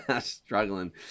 Struggling